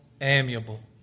amiable